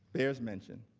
bears mentioning.